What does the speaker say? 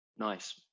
nice